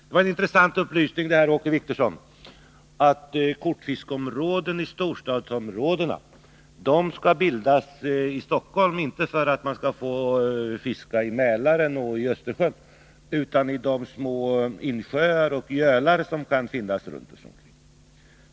Det var en intressant upplysning, Åke Wictorsson, att kortfiskeområdena i storstäderna, t.ex. Stockholm, skall bildas inte för att man skall få fiska i Mälaren och Östersjön utan i de små insjöar och gölar som kan finnas runt omkring.